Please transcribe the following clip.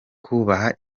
kubaha